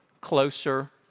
closer